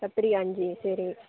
கத்திரி அஞ்சு சரி